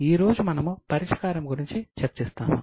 ఈ రోజు మనము పరిష్కారం గురించి చర్చిస్తాము